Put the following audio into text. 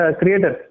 creator